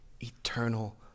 eternal